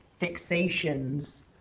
fixations